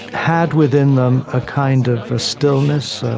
had within them a kind of a stillness,